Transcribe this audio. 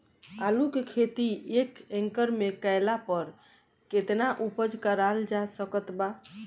आलू के खेती एक एकड़ मे कैला पर केतना उपज कराल जा सकत बा?